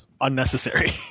unnecessary